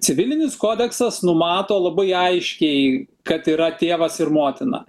civilinis kodeksas numato labai aiškiai kad yra tėvas ir motina